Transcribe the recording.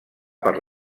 per